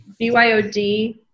BYOD